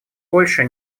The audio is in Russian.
польши